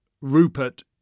Rupert